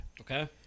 Okay